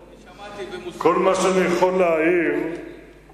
ושכונת-קמניץ בפרט סובלים מרעש המואזין